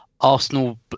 Arsenal